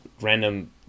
random